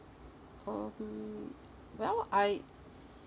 um well I